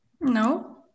No